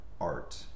art